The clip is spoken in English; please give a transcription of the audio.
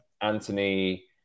Anthony